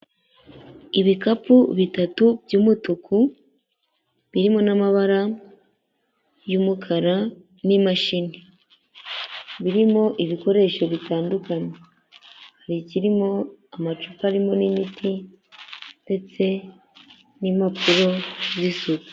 Ibikapu bitatu by'umutuku birimo n'amabara y'umukara n'imashini, birimo ibikoresho bitandukanye hari ikirimo amacupa arimo imiti ndetse n'impapuro z'isuku.